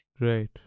Right